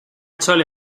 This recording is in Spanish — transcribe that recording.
chole